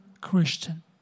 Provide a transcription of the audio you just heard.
Christian